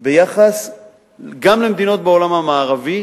גם ביחס למדינות בעולם המערבי,